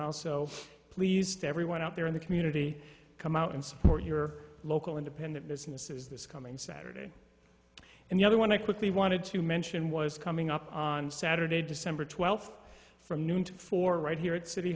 also pleased to everyone out there in the community come out and support your local independent businesses this coming saturday and the other one i quickly wanted to mention was coming up on saturday december twelfth from noon to four right here at city